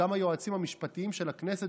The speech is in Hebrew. גם היועצים המשפטיים של הכנסת,